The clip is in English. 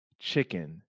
chicken